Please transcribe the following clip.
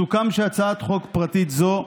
סוכם שהצעת חוק פרטית זו,